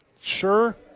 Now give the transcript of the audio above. Sure